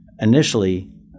initially